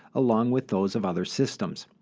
along with those of other systems.